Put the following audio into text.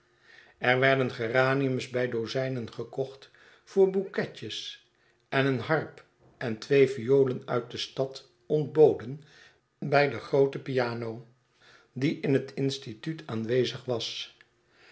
er werden geraniums bij dozijnen gekocht voor bouquetjes en een harp en twee violen uit de stad ontboden bij de groote piano die in het instituut aanwezig was